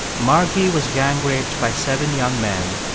margy was gang raped by seven young men,